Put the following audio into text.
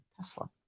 Tesla